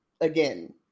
again